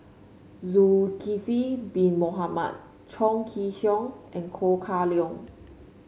Zulkifli Bin Mohamed Chong Kee Hiong and Kah Leong